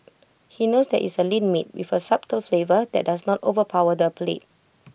he knows that IT is A lean meat with A subtle flavour that does not overpower the palate